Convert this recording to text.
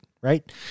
Right